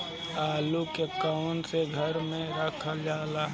आलू के कवन से घर मे रखल जाला?